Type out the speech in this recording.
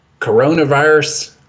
coronavirus